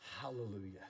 hallelujah